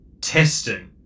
testing